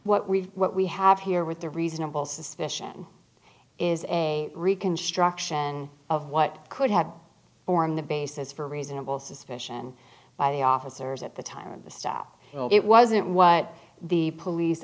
what we've what we have here with the reasonable suspicion is a reconstruction of what could have formed the basis for reasonable suspicion by the officers at the time to stop it wasn't what the police